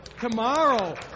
Tomorrow